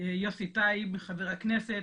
יוסי טייב, חבר הכנסת,